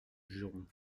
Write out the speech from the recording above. juron